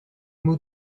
mots